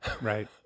right